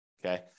Okay